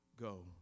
go